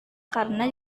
karena